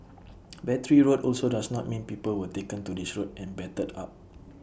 Battery Road also does not mean people were taken to this road and battered up